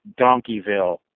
Donkeyville